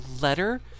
letter